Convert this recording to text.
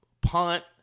punt